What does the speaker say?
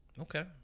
Okay